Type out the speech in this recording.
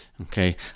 Okay